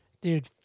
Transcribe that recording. Dude